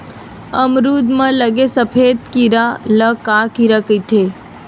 अमरूद म लगे सफेद कीरा ल का कीरा कइथे?